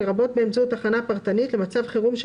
לרבות באמצעות הכנה פרטנית למצב חירום של